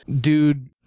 dude